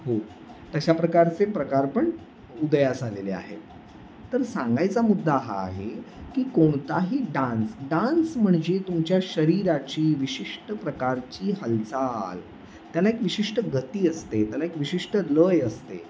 हो तशा प्रकारचे प्रकार पण उदयास आलेले आहेत तर सांगायचा मुद्दा हा आहे की कोणताही डान्स डान्स म्हणजे तुमच्या शरीराची विशिष्ट प्रकारची हालचाल त्याला एक विशिष्ट गती असते त्याला एक विशिष्ट लय असते